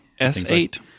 S8